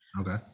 Okay